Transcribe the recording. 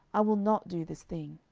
i will not do this thing.